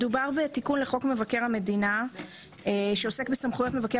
מדובר בתיקון לחוק מבקר המדינה שעוסק בסמכויות מבקר